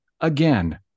again